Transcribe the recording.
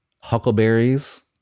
huckleberries